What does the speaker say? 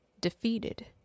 defeated